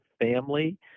family